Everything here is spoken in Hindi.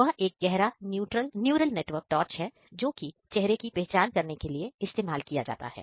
वह एक गहरा न्यूरल नेटवर्क टॉर्च है जो चेहरे की पहचान के लिए इस्तेमाल किया जाता है